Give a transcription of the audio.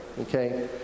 Okay